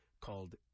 called